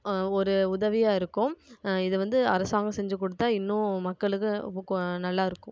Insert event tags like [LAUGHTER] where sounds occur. ஒரு உதவியாக இருக்கும் இது வந்து அரசாங்கம் செஞ்சுக் கொடுத்தா இன்னும் மக்களுக்கு [UNINTELLIGIBLE] நல்லா இருக்கும்